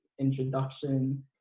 introduction